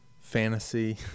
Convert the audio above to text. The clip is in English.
fantasy